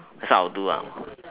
that's what I'll do ah